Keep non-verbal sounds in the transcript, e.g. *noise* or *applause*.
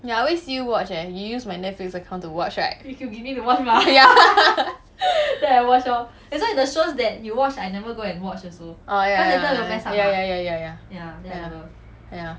ya I always see you watch eh you use my netflix account to watch right ya *laughs* oh ya ya ya ya ya ya ya ya ya ya